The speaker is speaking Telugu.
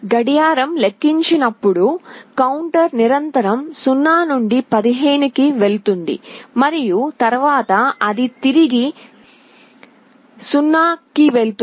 గడియారం లెక్కించినప్పుడు కౌంటర్ నిరంతరం 0 నుండి 15 కి వెళుతుంది మరియు తరువాత అది తిరిగి 0 కి వెళుతుంది